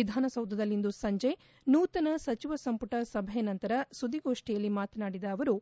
ವಿಧಾನಸೌಧದಲ್ಲಿಂದು ಸಂಜೆ ನೂತನ ಸಚಿವ ಸಂಪುಟ ಸಭೆಯ ನಂತರ ಸುದ್ದಿಗೋಷ್ಠಿಯಲ್ಲಿ ಮಾತನಾಡಿದ ಅವರು